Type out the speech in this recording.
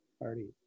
party